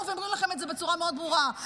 ואומרים לכם את זה בצורה מאוד ברורה,